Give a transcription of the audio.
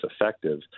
effective